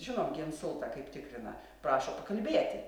žinom gi insultą kaip tikrina prašo pakalbėti